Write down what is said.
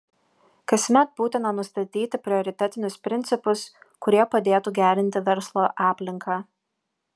kasmet būtina nustatyti prioritetinius principus kurie padėtų gerinti verslo aplinką